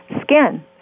Skin